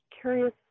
curious